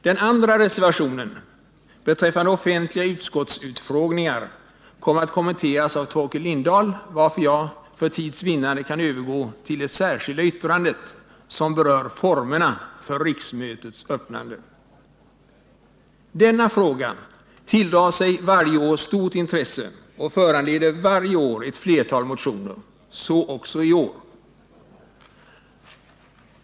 Den andra reservationen, beträffande offentliga utskottsutfrågningar, kommer att kommenteras av Torkel Lindahl, varför jag för tids vinnande kan övergå till det särskilda yttrandet, som berör formerna för riksmötets öppnande. Denna fråga tilldrar sig varje år stort intresse och föranleder varje år ett flertal motioner. Så också i år.